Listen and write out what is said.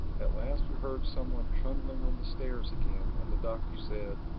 at last we heard some one trundling on the stairs again and the doctor said,